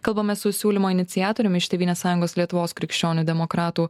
kalbamės su siūlymo iniciatoriumi iš tėvynės sąjungos lietuvos krikščionių demokratų